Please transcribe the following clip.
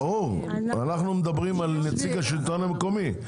אנחנו מדברים על נציג השלטון המקומי,